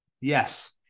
yes